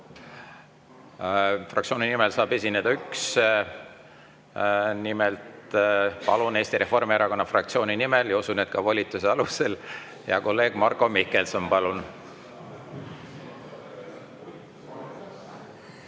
Fraktsiooni nimel saab esineda üks. Nimelt, Eesti Reformierakonna fraktsiooni nimel ja usun, et ka volituse alusel, hea kolleeg Marko Mihkelson, palun!